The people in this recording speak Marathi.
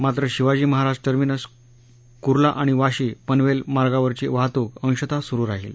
मात्र शिवाजी महाराज टर्मिनस कुर्ला आणि वाशी पनवेल मार्गावरची वाहतुक अंशतः सुरु राहील